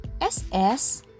SS